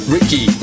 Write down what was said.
Ricky